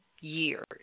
years